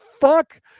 fuck